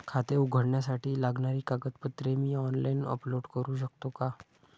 खाते उघडण्यासाठी लागणारी कागदपत्रे मी ऑनलाइन अपलोड करू शकतो का?